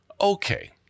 Okay